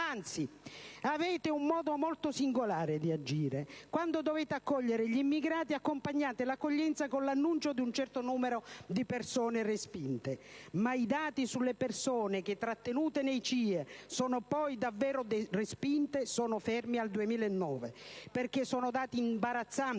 Anzi, avete un modo molto singolare di agire: quando dovete accogliere gli immigrati, accompagnate l'accoglienza con l'annuncio di un certo numero di persone respinte, ma i dati sulle persone che trattenete nei CIE e che sono poi davvero respinte sono fermi al 2009, perché sono dati imbarazzanti